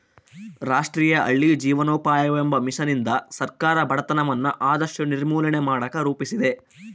ರಾಷ್ಟ್ರೀಯ ಹಳ್ಳಿ ಜೀವನೋಪಾಯವೆಂಬ ಮಿಷನ್ನಿಂದ ಸರ್ಕಾರ ಬಡತನವನ್ನ ಆದಷ್ಟು ನಿರ್ಮೂಲನೆ ಮಾಡಕ ರೂಪಿಸಿದೆ